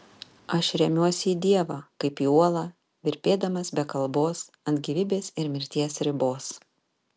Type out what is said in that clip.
aš remiuosi į dievą kaip į uolą virpėdamas be kalbos ant gyvybės ir mirties ribos